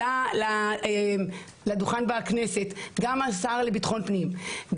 עלה לדוכן בכנסת גם השר לביטחון פנים,